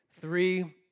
three